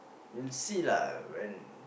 we'll see lah when